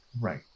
right